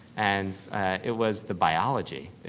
and it was the biology.